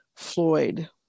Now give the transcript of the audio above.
Floyd